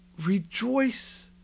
rejoice